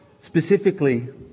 specifically